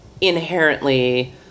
inherently